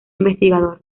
investigador